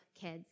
kids